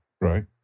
Right